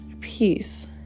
peace